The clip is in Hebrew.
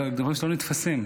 אלה דברים שלא נתפסים,